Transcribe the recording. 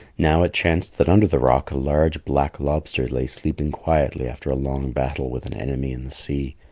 now, it chanced that under the rock a large black lobster lay sleeping quietly after a long battle with an enemy in the sea.